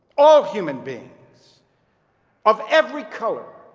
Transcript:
all human beings of every color,